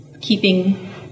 keeping